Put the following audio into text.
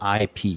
IP